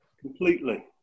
completely